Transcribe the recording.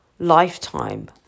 Lifetime